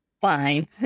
Fine